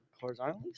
horizontally